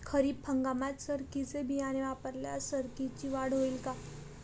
खरीप हंगामात सरकीचे बियाणे वापरल्यास सरकीची वाढ होईल का?